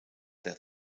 their